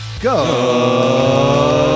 Go